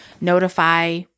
notify